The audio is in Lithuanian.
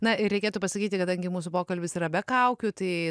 na ir reikėtų pasakyti kadangi mūsų pokalbis yra be kaukių tai